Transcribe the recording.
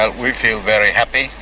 ah we feel very happy,